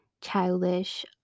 childish